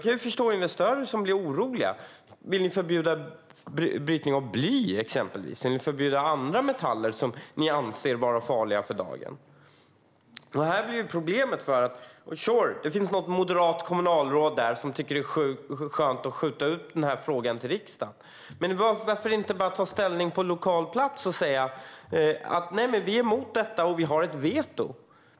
Jag kan förstå investerare som blir oroliga. Vill ni förbjuda brytning av till exempel bly också? Eller andra metaller som ni för dagen anser vara farliga? Sure, det finns något moderat kommunalråd som tycker att det är skönt att skjuta över frågan till riksdagen. Men varför kan man inte bara fatta beslut lokalt och säga att man är emot det här och har ett veto?